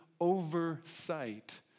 oversight